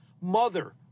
mother